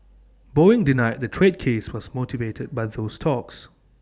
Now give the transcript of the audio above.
boeing denied the trade case was motivated by those talks